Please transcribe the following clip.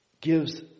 gives